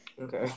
Okay